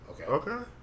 Okay